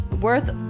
Worth